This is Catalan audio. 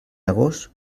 agost